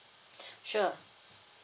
sure